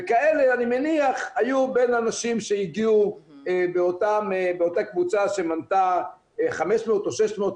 וכאלה אני מניח היו בין הנשים שהגיעו באותה קבוצה שמנתה 500 או 600,